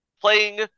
playing